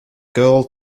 girl